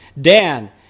Dan